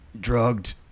drugged